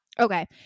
Okay